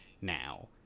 now